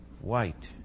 white